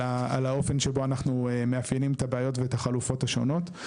האופן שבו אנחנו מאפיינים את הבעיות ואת החלופות השונות.